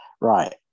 Right